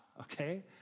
okay